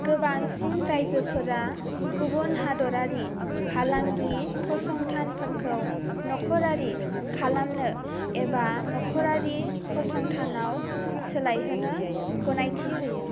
गोबांसिन रायजोफोरा गुबुन हादरारि फालांगि फसंथानफोरखौ नखरारि खालामनो एबा नखरारि फसंथानाव सोलायहोनो गनायथि होयो